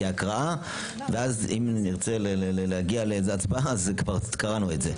ואם נרצה להגיע להצבעה כבר קראנו את זה.